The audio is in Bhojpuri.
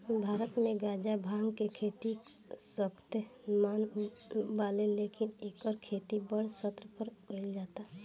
भारत मे गांजा, भांग के खेती सख्त मना बावे लेकिन एकर खेती बड़ स्तर पर कइल जाता